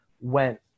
went